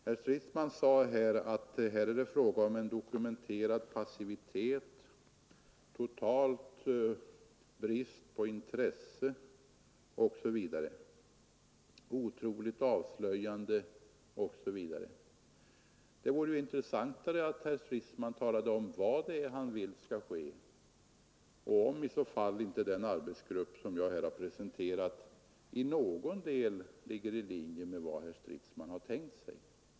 Herr Stridsman talade om dokumenterad passivitet, total brist på intresse som är otroligt avslöjande osv. Det vore intressantare om herr Stridsman talade om vad det är han vill skall ske och om i så fall inte den expertgrupp som jag här har presenterat till någon del ligger i linje med vad herr Stridsman har tänkt sig.